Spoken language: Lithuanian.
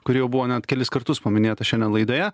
kuri jau buvo net kelis kartus paminėta šiandien laidoje